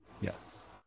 Yes